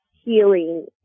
healing